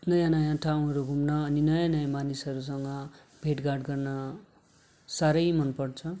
नयाँ नयाँ ठाउँहरू घुम्न अनि नयाँ नयाँ मानिसहरूसँग भेटघाट गर्न साह्रै मन पर्छ